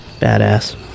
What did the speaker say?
Badass